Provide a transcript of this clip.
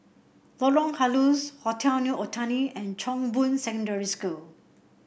Lorong Halus Hotel New Otani and Chong Boon Secondary School